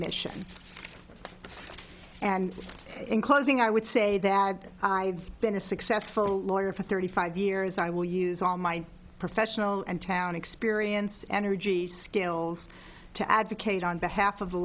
mission and in closing i would say that i have been a successful lawyer for thirty five years i will use all my professional and town experience energy skills to advocate on behalf of the